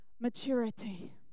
maturity